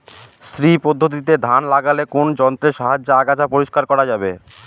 শ্রী পদ্ধতিতে ধান লাগালে কোন যন্ত্রের সাহায্যে আগাছা পরিষ্কার করা যাবে?